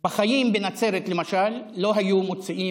בנצרת, למשל, בחיים לא היו מוציאים